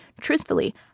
truthfully